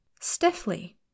Stiffly